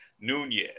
Nunez